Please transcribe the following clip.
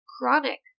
chronic